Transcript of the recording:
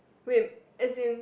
wait as in